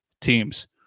teams